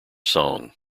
song